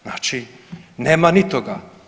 Znači nema ni toga.